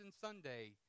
Sunday